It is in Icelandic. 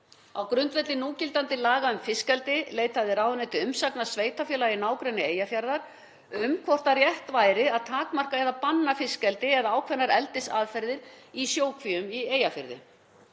Á grundvelli núgildandi laga um fiskeldi leitaði ráðuneytið umsagnar sveitarfélaga í nágrenni Eyjafjarðar um hvort rétt væri að takmarka eða banna fiskeldi eða ákveðnar eldisaðferðir í sjókvíum í Eyjafirði.